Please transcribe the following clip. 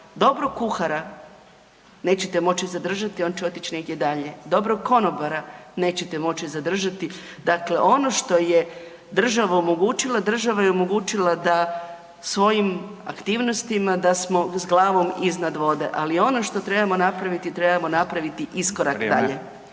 dobrog kuhara nećete moći zadržati, on će otić negdje dalje, dobrog konobara nećete moći zadržati, dakle ono što je država omogućila, država je omogućila da svojim aktivnosti da smo s glavom iznad vode ali ono što trebamo napraviti, trebamo napraviti iskorak dalje.